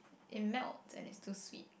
it melt and it's too sweet